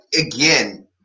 again